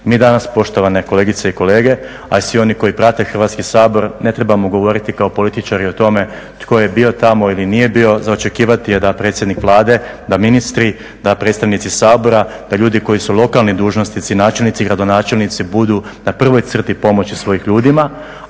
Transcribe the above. Mi danas, poštovane kolegice i kolege, a i svi oni koji prate Hrvatski sabor, ne trebamo govoriti kao političari o tome tko je bio tamo ili nije bio, za očekivati je da predsjednik Vlade, da ministri, da predstavnici Sabora, da ljudi koji su lokalni dužnosnici, načelnici, gradonačelnici budu na prvoj crti pomoći svojim ljudima,